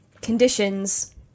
conditions